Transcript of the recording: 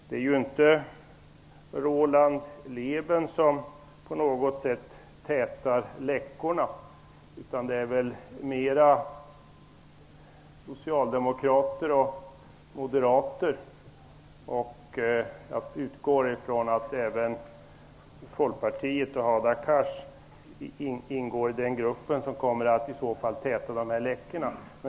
Det är ju inte Roland Lében som tätar läckorna, utan snarare socialdemokrater och moderater och, utgår jag ifrån, folkpartiet och Hadar Cars som ingår i den grupp som kommer att täta läckorna.